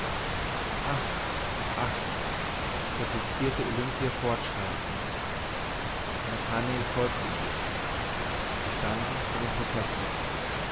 ach replizierte olimpia fortschreitend nathanael folgte ihr sie standen vor dem professor